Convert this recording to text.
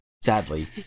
sadly